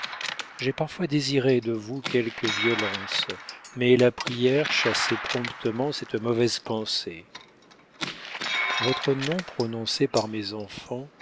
j'ai parfois désiré de vous quelque violence mais la prière chassait promptement cette mauvaise pensée votre nom prononcé par mes enfants